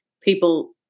people